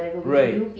right